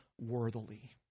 worthily